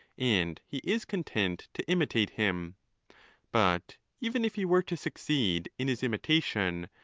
and he is content to imitate him but even if he were to succeed in his imitation,